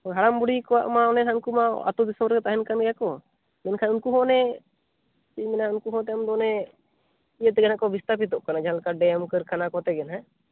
ᱦᱟᱲᱟᱢ ᱵᱩᱰᱦᱤ ᱠᱚᱣᱟᱜ ᱢᱟ ᱚᱱᱮ ᱱᱟᱦᱟᱜ ᱩᱱᱠᱩᱢᱟ ᱟᱛᱳ ᱫᱤᱥᱚᱢ ᱨᱮ ᱛᱟᱦᱮᱱ ᱠᱟᱱ ᱜᱮᱭᱟᱠᱚ ᱢᱮᱱᱠᱷᱟᱱ ᱩᱱᱠᱩ ᱦᱚᱸ ᱚᱱᱮ ᱪᱮᱫ ᱤᱧ ᱢᱮᱱᱟ ᱩᱱᱠᱩ ᱦᱚᱸ ᱛᱟᱭᱚᱢ ᱫᱚ ᱚᱱᱮ ᱤᱭᱟᱹ ᱛᱮᱜᱮ ᱱᱟᱦᱟᱜᱠᱚ ᱵᱤᱥᱛᱟᱯᱤᱛᱚᱜ ᱠᱟᱱᱟ ᱡᱟᱦᱟᱸ ᱞᱮᱠᱟ ᱰᱮᱢ ᱠᱟᱹᱨᱠᱷᱟᱱᱟ ᱠᱚᱛᱮ ᱜᱮ ᱱᱟᱦᱟᱜ